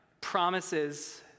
promises